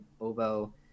oboe